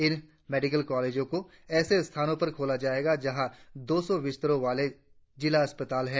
इन medical कॉलेजों को ऐसे स्थानों पर खोला जाएगा जहां दो सौ बिस्तरों वाले जिला अस्पताल हैं